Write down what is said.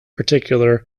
particular